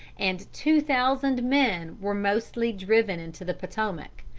and two thousand men were mostly driven into the potomac,